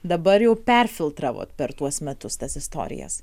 dabar jau perfiltravot per tuos metus tas istorijas